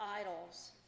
idols